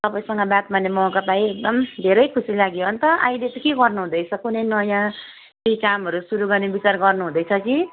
तपाईँसँग बात मार्ने मौका पाएँ एकदम धेरै खुसी लाग्यो अन्त अहिले चाहिँ के गर्नु हुँदैछ कुनै नयाँ केही कामहरू सुरु गर्ने बिचार गर्नु हुँदैछ कि